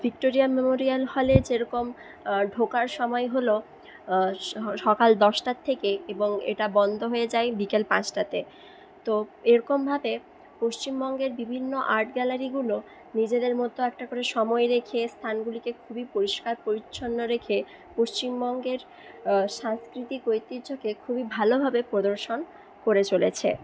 Victoria Memorial হলে যেরকম ঢোকার সময় হল সকাল দশটা থেকে এবং এটা বন্ধ হয়ে যায় বিকাল পাঁচটাতে তো এরকমভাবে পশ্চিমবঙ্গের বিভিন্ন আর্ট গ্যালারিগুলো নিজেদের মতো একটা করে সময় রেখে স্থানগুলিকে খুবই পরিষ্কার পরিচ্ছন্ন রেখে পশ্চিমবঙ্গের সাংস্কৃতিক ঐতিহ্যকে খুবই ভালোভাবে প্রদর্শন করে চলেছে